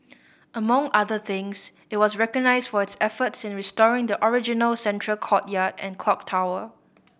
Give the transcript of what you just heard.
among other things it was recognised for its efforts in restoring the original central courtyard and clock tower